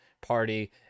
party